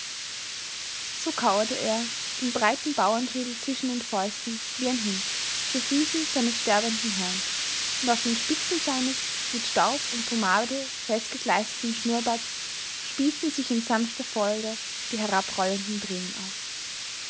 so kauerte er den breiten bauernschädel zwischen den fäusten wie ein hund zu füßen seines sterbenden herrn und auf den spitzen seines mit staub und pomade festgekleisterten schnurrbarts spießten sich in sanfter folge die herabrollenden tränen auf